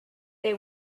they